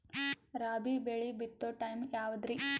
ರಾಬಿ ಬೆಳಿ ಬಿತ್ತೋ ಟೈಮ್ ಯಾವದ್ರಿ?